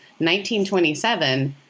1927